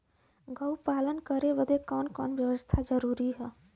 गोपालन करे बदे कवन कवन व्यवस्था कइल जरूरी ह?